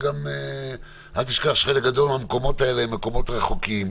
אל תשכח שחלק גדול מהמקומות האלה הם מקומות רחוקים,